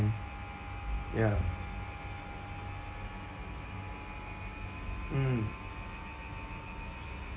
ya mm